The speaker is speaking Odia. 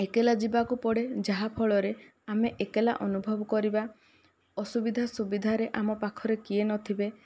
ଏକଲା ଯିବାକୁ ପଡ଼େ ଯାହାଫଳରେ ଆମେ ଏକଲା ଅନୁଭବ କରିବା ଅସୁବିଧା ସୁବିଧାରେ ଆମ ପାଖରେ କିଏ ନଥିବେ